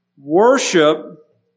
worship